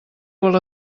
vol